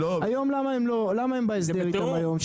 היום למה הם בהסדר איתם היום?